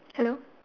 hello